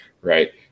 Right